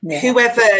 Whoever